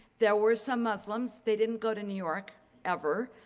there were some muslims. they didn't go to new york ever.